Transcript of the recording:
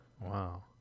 Wow